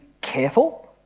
careful